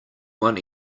one